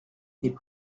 mais